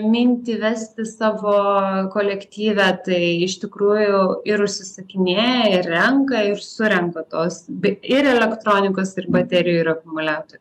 mintį vesti savo kolektyve tai iš tikrųjų ir užsisakinėja ir renka ir surenka tos be ir elektronikos ir baterijų ir akumuliatorių